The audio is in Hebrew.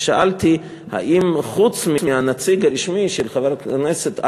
שאלתי אם חוץ מהנציג הרשמי של חבר הכנסת,